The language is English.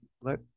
let